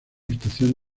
estación